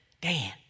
Dan